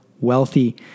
wealthy